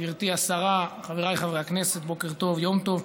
גברתי השרה, חבריי חברי הכנסת, בוקר טוב, יום טוב,